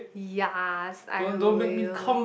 ya I will